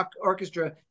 orchestra